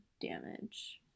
damage